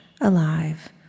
alive